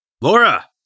Laura